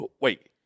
Wait